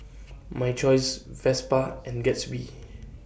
My Choice Vespa and Gatsby